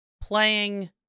playing